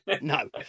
No